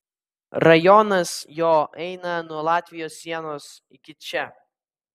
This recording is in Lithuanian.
rajonas jo eina nuo latvijos sienos iki čia